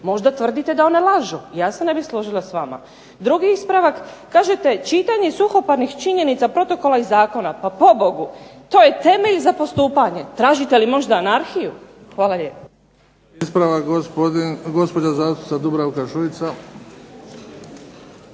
Možda tvrdite da one lažu. Ja se ne bih složila s vama. Drugi ispravak, kažete čitanje suhoparnih činjenica protokola i zakona. Pa pobogu to je temelj za postupanje. Tražite li možda anarhiju? Hvala lijepo. **Bebić, Luka (HDZ)** Ispravak gospođa zastupnica Dubravka Šuica.